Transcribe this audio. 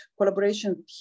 collaboration